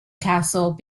castle